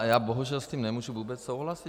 Já bohužel s tím nemůžu vůbec souhlasit.